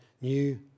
new